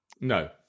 No